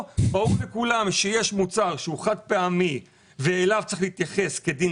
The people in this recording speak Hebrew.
ברור לכולם שיש מוצר שהוא חד פעמי ואליו צריך להתייחס כדין